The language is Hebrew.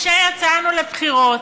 כשיצאנו לבחירות,